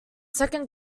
second